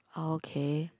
okay